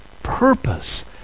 Purpose